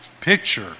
picture